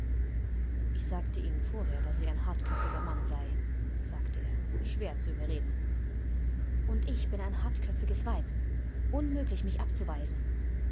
ich sagte ihnen vorher daß ich ein hartköpfiger mann sei sagte er schwer zu überreden und ich bin ein hartköpfiges weib unmöglich mich abzuweisen